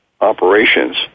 operations